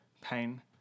pain